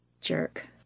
Jerk